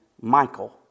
Michael